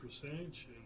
percentage